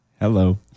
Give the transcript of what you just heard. Hello